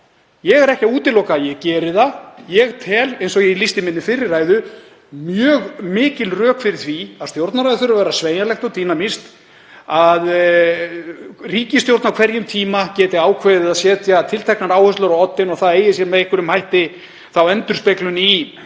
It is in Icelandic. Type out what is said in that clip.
Ég er ekki að útiloka að ég geri það. Ég tel, eins og ég lýsti í minni fyrri ræðu, mjög mikil rök fyrir því að Stjórnarráðið þurfi að vera sveigjanlegt og dínamískt, að ríkisstjórn á hverjum tíma geti ákveðið að setja tilteknar áherslur á oddinn og það eigi sér þá með einhverjum hætti endurspeglun í